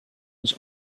was